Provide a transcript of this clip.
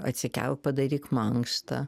atsikelk padaryk mankštą